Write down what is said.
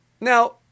now